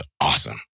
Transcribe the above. awesome